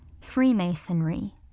FREEMASONRY